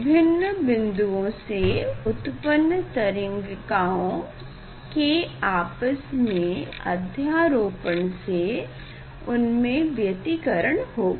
विभिन्न बिंदुओं से उत्पन्न तरंगिकाओं के आपस में अध्यारोपण से उनमें व्यतिकरण होगा